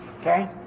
okay